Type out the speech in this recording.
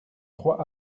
trois